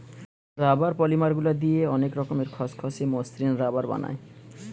rubber polymer গুলা দিয়ে অনেক রকমের খসখসে, মসৃণ রাবার বানায়